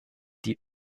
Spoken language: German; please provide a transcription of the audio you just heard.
die